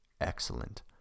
Excellent